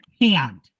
hand